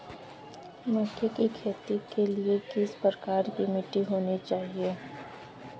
मक्के की खेती के लिए किस प्रकार की मिट्टी होनी चाहिए?